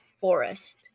Forest